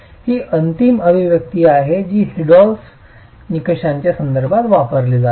ही अंतिम अभिव्यक्ती आहे जी हिल्स्डॉर्फ निकषांच्या संदर्भात वापरली जाते